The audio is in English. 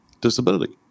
disability